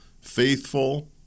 Faithful